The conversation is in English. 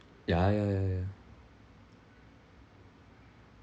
ya ya ya ya ya